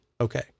Okay